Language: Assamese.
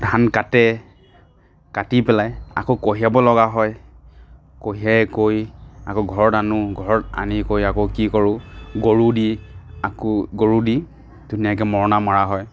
ধান কাটে কাটি পেলাই আকৌ কঢ়িয়াব লগা হয় কঢ়িয়াই কৰি আকৌ ঘৰত আনোঁ ঘৰত আনি কৰি আকৌ কি কৰোঁ গৰু দি আকৌ গৰু দি ধুনীয়াকৈ মৰণা মৰা হয়